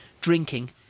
drinking